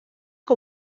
que